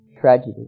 tragedy